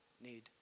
need